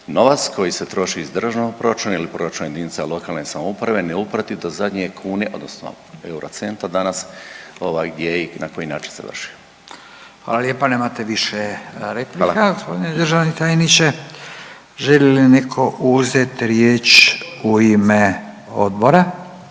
novac koji se troši iz državnog proračuna ili iz proračuna jedinica lokalne samouprave ne uprati do zadnje kune odnosno eura, centa danas gdje je i na koji način završio. **Radin, Furio (Nezavisni)** Hvala lijepa nemate više replika g. državni tajniče. Želi li neko uzeti riječ u ime odbora?